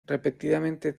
repetidamente